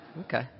Okay